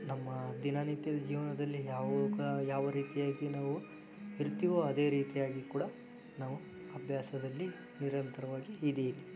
ನಮ್ಮ ದಿನನಿತ್ಯದ ಜೀವನದಲ್ಲಿ ಯಾವುಗ ಯಾವ ರೀತಿಯಾಗಿ ನಾವು ಇರ್ತಿವೋ ಅದೇ ರೀತಿಯಾಗಿ ಕೂಡ ನಾವು ಅಭ್ಯಾಸದಲ್ಲಿ ನಿರಂತರವಾಗಿ ಇದೆ